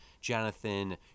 Jonathan